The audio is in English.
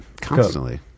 Constantly